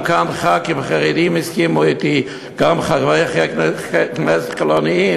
גם כאן חברי כנסת חרדים הסכימו אתי,